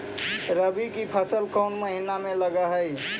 रबी की फसल कोन महिना में लग है?